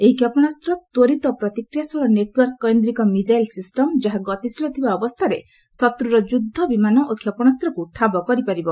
ଏହି କ୍ଷେପଣାସ୍ତ ତ୍ୱରିତ ପ୍ରତିକ୍ରିୟାଶୀଳ ନେଟ୍ୱର୍କ କୈନ୍ଦ୍ରିକ ମିଜାଇଲ୍ ସିଷ୍ଟମ୍ ଯାହା ଗତିଶୀଳ ଥିବା ଅବସ୍ଥାରେ ଶତ୍ରର ଯୁଦ୍ଧ ବିମାନ ଓ କ୍ଷେପଣାସ୍ତକୁ ଠାବ କରିପାରିବ